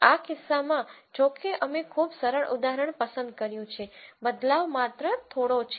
આ કિસ્સામાં જો કે અમે ખૂબ સરળ ઉદાહરણ પસંદ કર્યું છે બદલાવ માત્ર થોડો છે